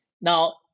Now